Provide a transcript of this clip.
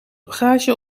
bagage